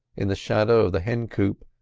in the shadow of the hencoop,